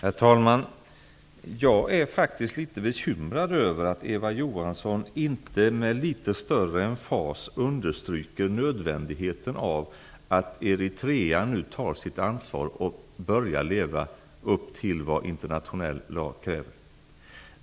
Herr talman! Jag är faktiskt litet bekymrad över att Eva Johansson inte med litet större emfas understryker nödvändigheten av att Eritrea nu tar sitt ansvar och börjar leva upp till vad internationell lag kräver.